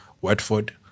Watford